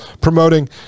promoting